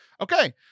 Okay